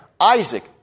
Isaac